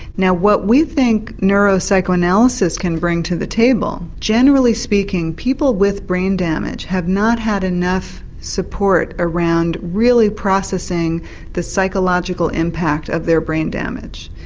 now what we think neuropsychoanalysis can bring to the table generally speaking people with brain damage have not had enough support around really processing the psychological impact of their brain damage,